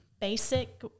basic